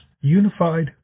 unified